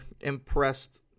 impressed